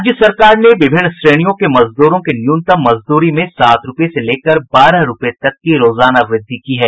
राज्य सरकार ने विभिन्न श्रेणियों के मजदूरों के न्यूनतम मजदूरी में सात रूपये से लेकर बारह रूपये की रोजाना वृद्धि की है